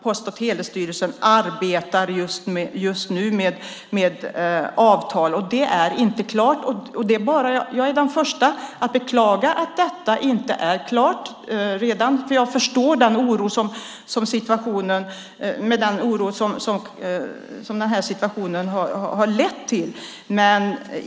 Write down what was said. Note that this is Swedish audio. Post och telestyrelsen arbetar just nu med avtal, men det är inte klart än. Jag är den första att beklaga att det inte är klart än, för jag förstår den oro som situationen har lett till.